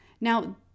Now